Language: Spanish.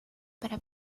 para